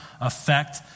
effect